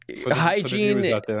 hygiene